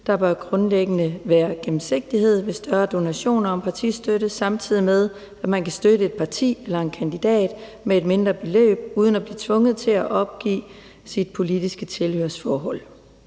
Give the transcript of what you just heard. Der bør grundlæggende være gennemsigtighed ved større donationer af partistøtte, samtidig med at man kan støtte et parti eller kandidat med et mindre beløb uden at blive tvunget til at oplyse sit politiske tilhørsforhold.